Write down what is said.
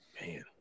man